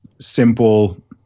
simple